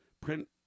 print